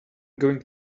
going